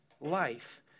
life